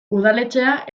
udaletxea